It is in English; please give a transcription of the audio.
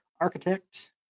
Architect